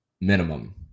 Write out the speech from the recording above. minimum